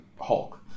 Hulk